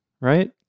right